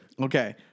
Okay